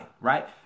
right